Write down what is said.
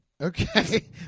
Okay